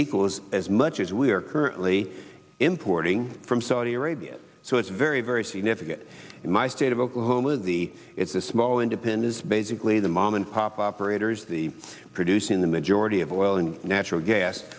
equals as much as we are currently importing from saudi arabia so it's very very significant in my state of oklahoma of the it's a small independent basically the mom and pop operators the producing the majority of oil and natural gas